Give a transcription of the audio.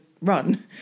run